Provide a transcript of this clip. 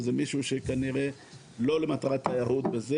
או שזה מישהו שכנראה לא למטרת תיירות וכו',